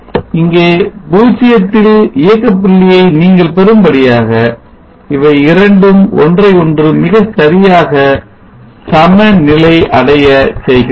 இங்கே 0 ல் இயக்க புள்ளியை நீங்கள் பெறும்படியாக இவை இரண்டும் ஒன்றையொன்று மிகச்சரியாக சமநிலை அடையச் செய்கின்றன